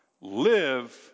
Live